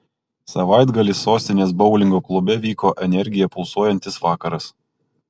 savaitgalį sostinės boulingo klube vyko energija pulsuojantis vakaras